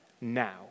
now